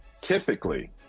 typically